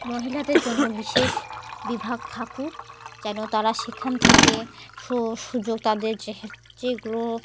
মহিলাদের জন্য বিশেষ বিভাগ থাকুক যেন তারা সেখান থেকে সব সুযোগ তাদের যেহেতু যেগুলো